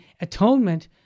atonement